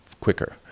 quicker